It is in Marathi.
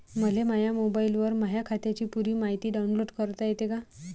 मले माह्या मोबाईलवर माह्या खात्याची पुरी मायती डाऊनलोड करता येते का?